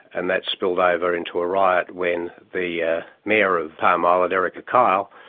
and that spilled over into a riot when the mayor of palm island, erykah kyle,